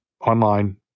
online